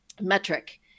metric